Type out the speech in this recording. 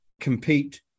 compete